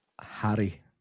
Harry